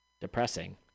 depressing